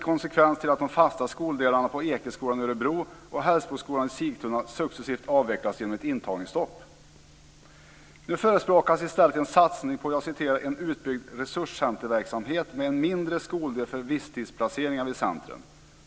Konsekvensen blir att de fasta skoldelarna på Nu förespråkas i stället en satsning på "en utbyggd resurscenterverksamhet med en mindre skoldel för visstidsplaceringar vid centren".